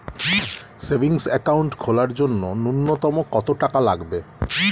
Savings account খোলার জন্য নূন্যতম কত টাকা লাগবে?